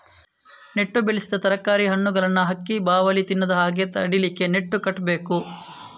ನೆಟ್ಟು ಬೆಳೆಸಿದ ತರಕಾರಿ, ಹಣ್ಣುಗಳನ್ನ ಹಕ್ಕಿ, ಬಾವಲಿ ತಿನ್ನದ ಹಾಗೆ ತಡೀಲಿಕ್ಕೆ ನೆಟ್ಟು ಕಟ್ಬೇಕು